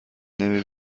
نمی